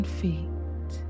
feet